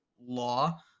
law